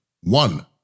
one